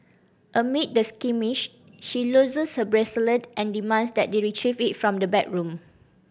amid the skirmish she loses her bracelet and demands that they retrieve it from the backroom